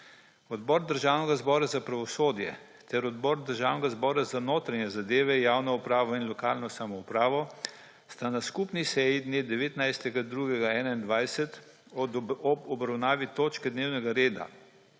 Odbor Državnega zbora za pravosodje ter Odbor Državnega zbora za notranje zadeve, javno upravo in lokalno samoupravo sta na skupni seji dne 19. 2. 2021 ob obravnavi točke dnevnega reda